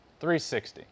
360